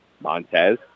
Montez